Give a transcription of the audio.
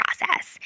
process